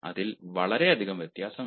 അതിൽ വളരെയധികം വ്യത്യാസമുണ്ട്